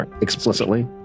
explicitly